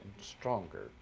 stronger